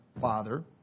father